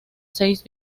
seis